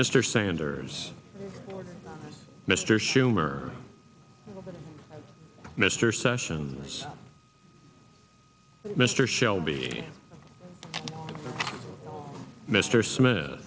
mr sanders mr schumer mr sessions mr shelby mr smith